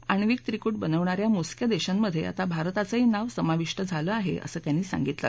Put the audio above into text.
अणिवक त्रिकूट बनवणा या मोजक्या देशांमध्ये आता भारताचंही नाव समाविष्ट झालं आहे असं त्यांनी सांगितलं